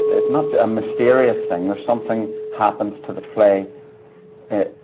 it's not a mysterious thing. there's something happens to the play in.